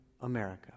America